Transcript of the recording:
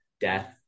death